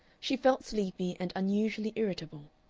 she felt sleepy and unusually irritable.